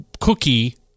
cookie